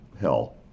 hell